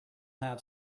have